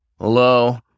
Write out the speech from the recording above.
Hello